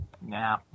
Nah